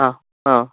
ആ ആ